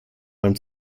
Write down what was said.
beim